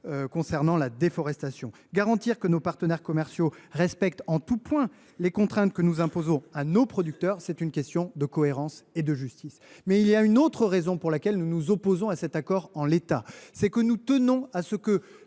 matière de déforestation. Garantir que nos partenaires commerciaux respectent en tout point les contraintes qui pèsent sur nos producteurs est une question de cohérence et de justice. Mais une autre raison explique que nous nous opposions à cet accord en l’état : nous tenons à ce que